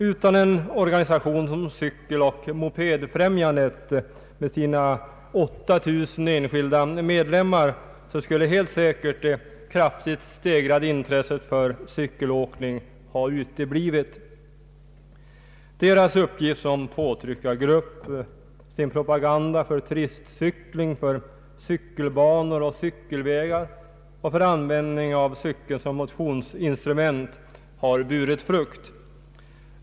Utan en organisation som Cykeloch mopedfrämjandet, med dess 8000 enskilda medlemmar, skulle helt säkert det kraftigt stegrade intresset för cykelåkningen ha uteblivit. Dess verksamhet som påtryckargrupp, dess propaganda för turistcykling, för cykelbanor och cykelvägar och för användning av cykeln som motionsinstrument har burit frukt.